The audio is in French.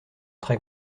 très